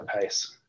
pace